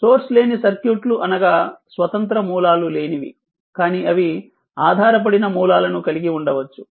source లేని సర్క్యూట్లు అనగా స్వతంత్ర మూలాలు లేనివి కానీ అవి ఆధారపడిన మూలాలను కలిగి ఉండవచ్చు